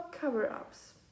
cover-ups